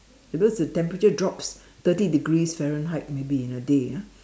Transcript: because the temperature drops thirty degrees Fahrenheit maybe in the day ah